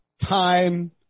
time